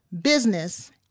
business